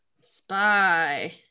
Spy